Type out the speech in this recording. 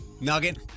nugget